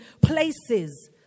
places